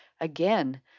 Again